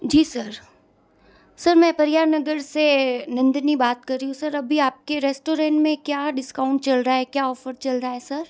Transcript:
जी sir sir मैं परिहार नगर से नंदिनी बात कर रही हूँ सर अभी आपके रेस्टोरेंट में क्या डिस्काउंट चल रहा है क्या ऑफ़र चल रहा है सर